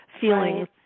feeling